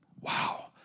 wow